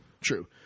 True